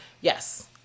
Yes